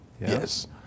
yes